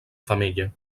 femella